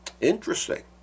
Interesting